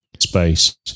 space